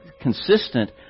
consistent